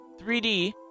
3D